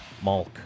Malk